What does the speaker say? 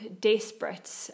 desperate